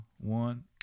one